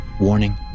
warning